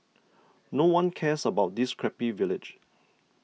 no one cares about this crappy village